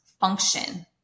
Function